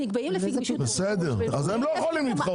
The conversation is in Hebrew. אז הם לא יכולים להתחרות,